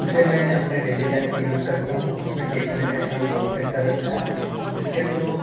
उसे मैं अपने डेली लाइफ में यूज़ करता हूँ उसमें एक मैंने अपना गोल सेट कर रखा है जिसके थ्रू